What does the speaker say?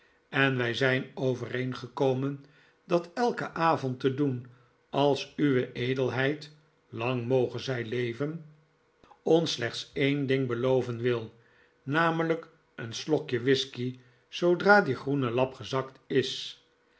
en wij zijn overeengekomen het elken avond te doen als uwe edelheid lang moge zij leven ons slechts ee n ding beloven wil namelijk een slokje whisky zoodra die groene lap gezakt is